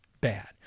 bad